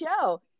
show